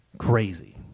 Crazy